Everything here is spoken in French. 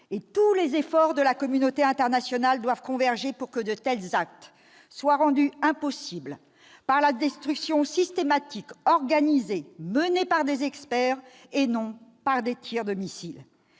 Tous les efforts de la communauté internationale doivent converger pour que de tels actes soient rendus impossibles, par la destruction systématique, organisée et menée par des experts, et non par des tirs de missile.